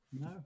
No